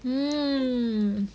mm